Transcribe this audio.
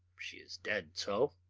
she is dead so!